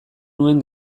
nuen